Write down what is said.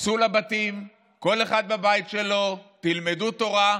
תיכנסו לבתים, כל אחד בבית שלו, תלמדו תורה,